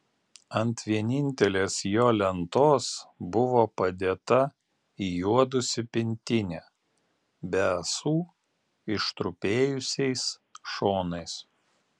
ant vienintelės jo lentos buvo padėta įjuodusi pintinė be ąsų ištrupėjusiais šonais